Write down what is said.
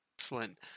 excellent